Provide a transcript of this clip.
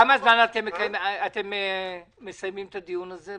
תוך כמה זמן תסיימו את הדיון הזה?